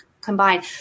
combined